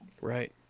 right